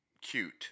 Cute